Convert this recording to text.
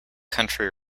country